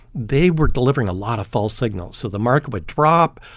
they were delivering a lot of false signals. so the market would drop,